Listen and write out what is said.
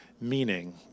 meaning